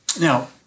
Now